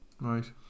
right